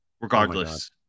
Regardless